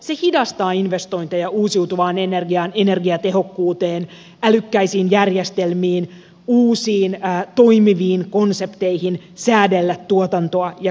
se hidastaa investointeja uusiutuvaan energiaan energiatehokkuuteen älykkäisiin järjestelmiin uusiin toimiviin konsepteihin säädellä tuotantoa ja kulutusta